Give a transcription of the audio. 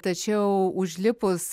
tačiau užlipus